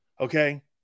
Okay